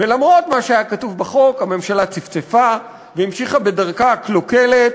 ולמרות מה שהיה כתוב בחוק הממשלה צפצפה והמשיכה בדרכה הקלוקלת,